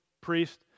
priest